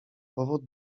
powód